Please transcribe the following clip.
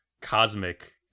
cosmic